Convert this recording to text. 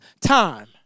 time